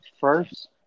first